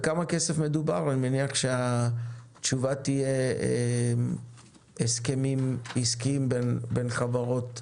בכמה כסף מדובר אני מניח שהתשובה תהיה הסכמים עסקיים בין חברות,